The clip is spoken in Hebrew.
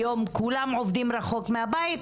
היום כולם עובדים רחוק מהבית.